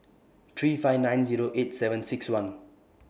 three five nine Zero eight seven six one